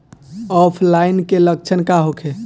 ऑफलाइनके लक्षण का होखे?